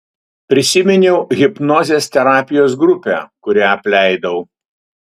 prisiminiau hipnozės terapijos grupę kurią apleidau